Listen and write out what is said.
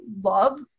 love